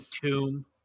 tomb